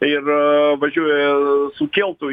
ir važiuoja su keltu